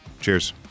Cheers